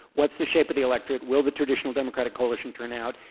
what's the shape of the electorate. will the traditional democratic coalition turn out.